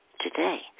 today